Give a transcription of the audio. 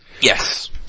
Yes